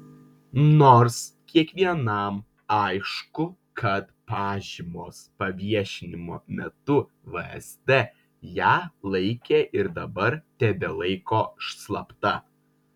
nors kiekvienam aišku kad pažymos paviešinimo metu vsd ją laikė ir dabar tebelaiko slapta